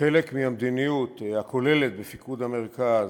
חלק מהמדיניות הכוללת בפיקוד המרכז,